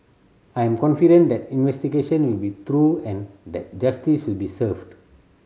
I am confident that the investigation will be thorough and that justice will be served